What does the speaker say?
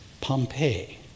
Pompeii